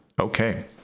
Okay